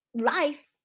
life